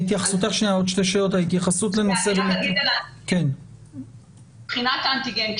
אני רק אומר מבחינת האנטיגן.